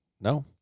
No